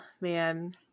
man